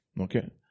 Okay